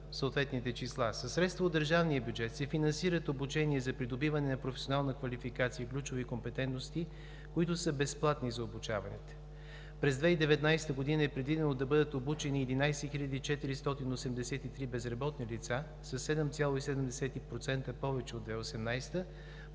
съответните числа. Със средства от държавния бюджет се финансират обучения за придобиване на професионална квалификация и ключови компетентности, които са безплатни за обучаваните. През 2019 г. е предвидено да бъдат обучени 11 хил. 483 безработни лица – със 7,7% повече от 2018